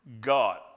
god